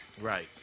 Right